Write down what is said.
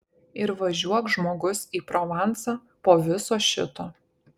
ir važiuok žmogus į provansą po viso šito